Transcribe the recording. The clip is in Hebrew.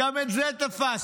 גם את זה תפסנו,